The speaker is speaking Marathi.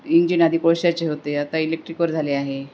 इंजिन आधी कोळशाचे होते आता इलेक्ट्रिकवर झाले आहे